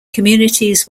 communities